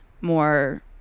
more